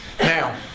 Now